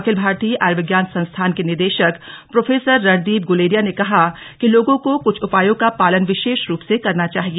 अखिल भारतीय आयुर्विज्ञान संस्थान के निदेशक प्रोफेसर रणदीप गुलेरिया ने कहा कि लोगों को कुछ उपायों का पालन विशेष रूप से करना चाहिए